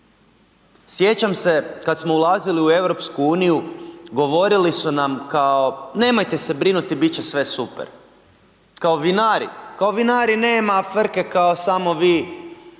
Sjećam se kad smo ulazili u EU govorili su nam kao nemojte se brinuti, bit će sve super, kao vinari, kao vinari nema frke kao samo vi